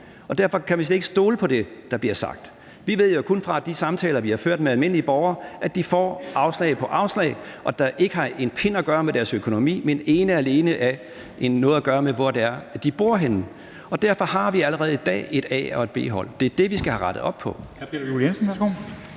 og derfor kan vi slet ikke stole på det, der bliver sagt. Vi ved jo kun fra de samtaler, vi har ført med almindelige borgere, at de får afslag på afslag, der ikke har en pind at gøre med deres økonomi, men ene og alene har noget at gøre med, hvor det er, de bor henne. Og derfor har vi allerede i dag et A- og et B-hold. Det er det, vi skal have rettet op på.